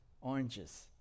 oranges